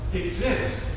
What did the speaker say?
exist